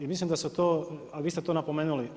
I mislim da su to, a vi ste to napomenuli.